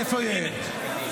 ראית?